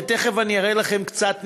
ותכף אני אראה לכם קצת נתונים".